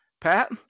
Pat